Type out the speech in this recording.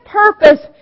purpose